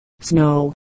snow